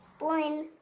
blynn,